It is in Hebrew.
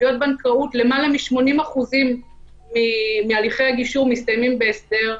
בתביעות בנקאות למעלה מ-80% מהליכי הגישור מסתיימים בהסדר.